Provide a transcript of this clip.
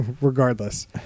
regardless